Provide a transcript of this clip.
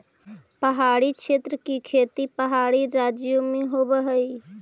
पहाड़ी क्षेत्र की खेती पहाड़ी राज्यों में होवअ हई